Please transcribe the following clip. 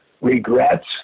regrets